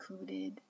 included